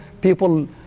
people